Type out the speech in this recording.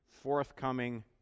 forthcoming